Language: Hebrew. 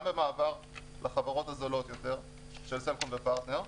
גם במעבר לחברות הזולות יותר של סלקום ופרטנר,